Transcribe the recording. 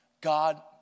God